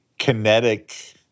kinetic